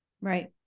Right